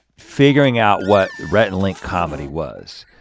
figuring out what rhett and link comedy was.